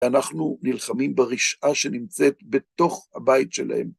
אנחנו נלחמים ברשעה שנמצאת בתוך הבית שלהם.